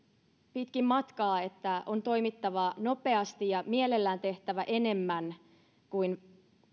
pitkin matkaa että on toimittava nopeasti ja mielellään tehtävä enemmän kuin